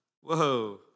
whoa